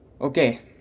Okay